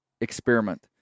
experiment